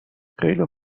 خیلی